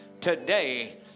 today